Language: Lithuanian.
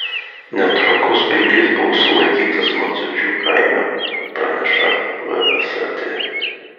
netrukus bėglys buvo sulaikytas maciučių kaime praneša vsat